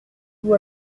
vous